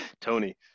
Tony